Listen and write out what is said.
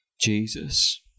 Jesus